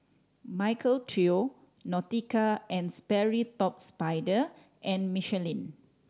Michael Trio Nautica and Sperry Top Sider and Michelin